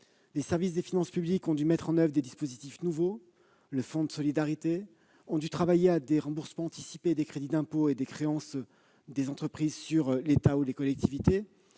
depuis des mois. En effet, ils ont dû mettre en oeuvre des dispositifs nouveaux, tel le fonds de solidarité, travailler à des remboursements anticipés des crédits d'impôt et des créances des entreprises sur l'État ou les collectivités,